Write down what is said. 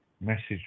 message